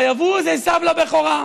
ויבוז עשיו לבכורה.